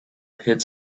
hit